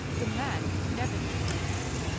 the man never can do so.